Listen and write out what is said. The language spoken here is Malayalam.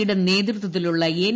യുടെ നേതൃത്വത്തിലുള്ള എൻ